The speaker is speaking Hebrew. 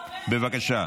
בבקשה.